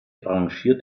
engagiert